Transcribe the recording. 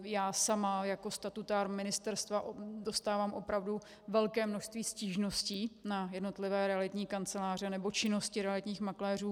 Já sama jako statutár ministerstva dostávám opravdu velké množství stížností na jednotlivé realitní kanceláře nebo činnosti realitních makléřů.